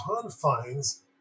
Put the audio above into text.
confines